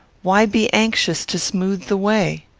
why be anxious to smooth the way?